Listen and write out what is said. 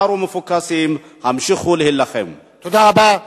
הישארו מפוקסים, המשיכו להילחם." תודה רבה.